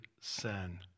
sin